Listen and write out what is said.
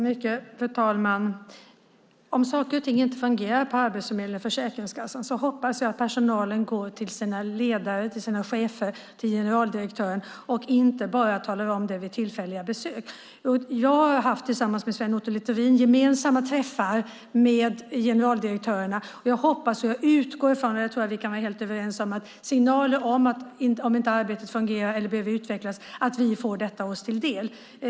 Fru talman! Om saker och ting inte fungerar på Arbetsförmedlingen och Försäkringskassan hoppas jag att personalen går till sina ledare och chefer eller till generaldirektören och inte bara talar om det vid tillfälliga besök. Jag har tillsammans med Sven Otto Littorin haft gemensamma träffar med generaldirektörerna. Jag hoppas och utgår från - det tror jag att vi kan vara helt överens om - att signaler om att arbetet inte fungerar eller behöver utvecklas kommer oss till del.